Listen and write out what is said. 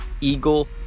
Eagle